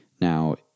Now